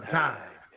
time